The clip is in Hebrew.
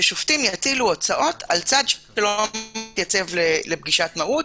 ששופטים יטילו הוצאות על הצד שלא התייצב לפגישת מהו"ת,